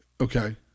Okay